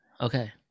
okay